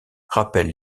rappelle